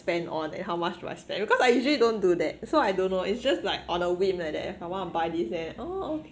spend on and how much do I spend because I usually don't do that so I don't know it's just like on a whim like that if I want to buy this eh oh